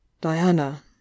diana